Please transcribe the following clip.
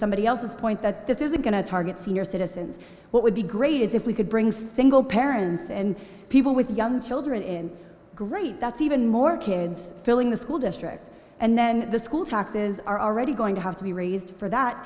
somebody else's point that this isn't going to target senior citizens what would be great is if we could bring single parents and people with young children in great that's even more kids filling the school district and then the school taxes are already going to have to be raised for that